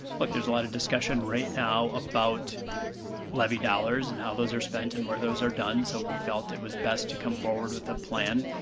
like there's a lot of discussion right now about levy dollars and how those are spent and where those are done, so we felt it was best to come forward with a plan